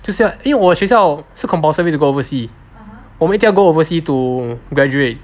就像因为我学校是 compulsory to go oversea 我们一定要 go oversea to graduate